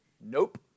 Nope